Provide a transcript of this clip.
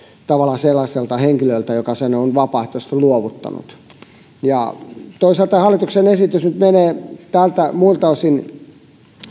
tavallaan sellaiselta henkilöltä joka sen on vapaaehtoisesti luovuttanut toisaalta tämä hallituksen esitys nyt menee muilta osin